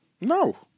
No